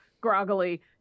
groggily